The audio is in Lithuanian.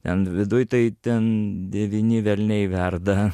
ten viduj tai ten devyni velniai verda